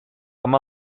amb